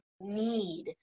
need